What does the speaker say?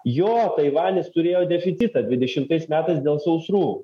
jo taivanis turėjo deficitą dvidešimtais metais dėl sausrų